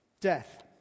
death